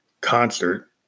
concert